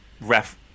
ref